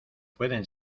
pueden